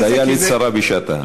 דייה לצרה בשעתה.